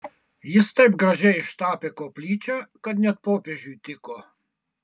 jis taip gražiai ištapė koplyčią kad net popiežiui tiko